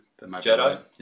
Jedi